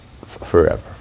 forever